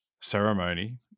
ceremony